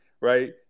right